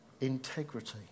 Integrity